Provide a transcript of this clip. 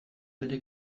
bere